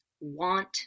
want